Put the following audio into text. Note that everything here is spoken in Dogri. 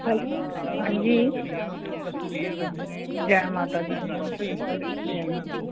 हां जी हां जी जै माता दी जै माता दी